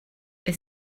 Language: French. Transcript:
est